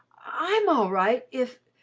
i'm all right, if,